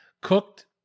cooked